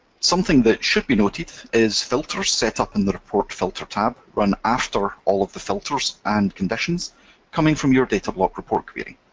something that should be noted is filters set up in the report filter tab run after all of the filters and conditions coming from your datablock report query.